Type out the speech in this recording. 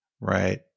Right